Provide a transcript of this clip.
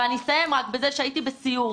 ואני אסיים רק בזה שהייתי בסיור,